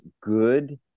good